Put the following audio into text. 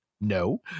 no